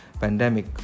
pandemic